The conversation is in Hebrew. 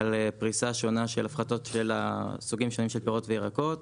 על פריסה שונה של הפחתות של סוגים שונים של פירות וירקות.